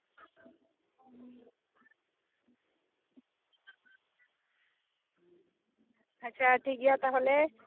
ᱟᱪᱪᱷᱟ ᱴᱷᱤᱠᱜᱮᱭᱟ ᱛᱟᱦᱚᱞᱮ